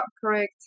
correct